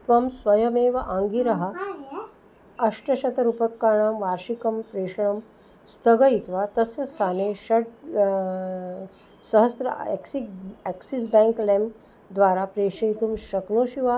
त्वं स्वयमेव आङ्गिरः अष्टशतरूप्यकाणां वार्षिकं प्रेषणं स्थगयित्वा तस्य स्थाने षट् सहस्रं एक्सिग् एक्सिस् बेङ्क् लैं द्वारा प्रेषयितुं शक्नोषि वा